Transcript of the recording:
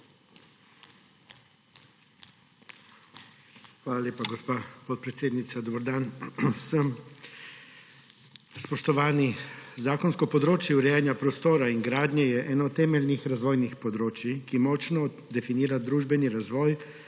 Hvala lepa, gospa podpredsednica. Dober dan vsem! Spoštovani, zakonsko področje urejanja prostora in gradnje je eno temeljnih razvojnih področij, ki močno definirajo družbeni razvoj